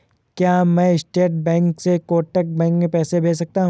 क्या मैं State Bank से कोटक बैंक में पैसे भेज सकता हूँ?